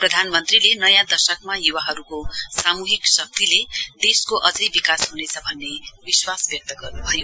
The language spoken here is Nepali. प्रधानमन्त्रीले नयाँ दशकमा युवाहहरुको सामूहिक शक्तिले देशको अझै विकास हुनेछ भन्ने विश्वास व्यक्त गर्नुभयो